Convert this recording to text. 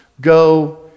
go